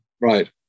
Right